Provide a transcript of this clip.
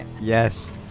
Yes